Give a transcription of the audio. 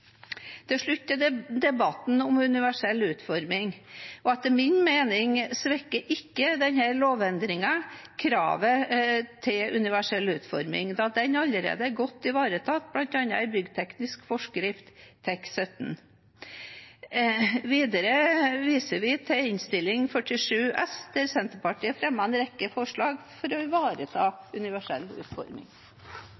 Til slutt til debatten om universell utforming. Etter min mening svekker ikke denne lovendringen kravet til universell utforming, da den allerede er godt ivaretatt bl.a. i byggteknisk forskrift TEK-17. Videre viser vi til Innst. 47 S for 2020–2021, der Senterpartiet fremmet en rekke forslag om å ivareta